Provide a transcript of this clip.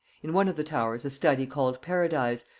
in one of the towers a study called paradise,